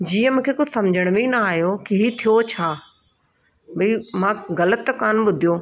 जीअं मूंखे कुझु समिझण में ई न आयो की हीउ थियो छा भई मां ग़लति त कान ॿुधियो